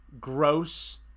gross